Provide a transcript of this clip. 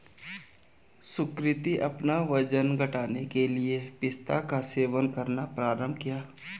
सुकृति अपना वजन घटाने के लिए पिस्ता का सेवन करना प्रारंभ किया